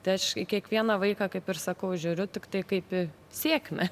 tai aš į kiekvieną vaiką kaip ir sakau žiūriu tiktai kaip į sėkmę